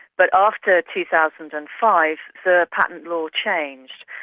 but after two thousand and five the patent law changed,